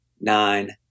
nine